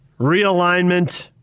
realignment